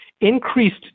increased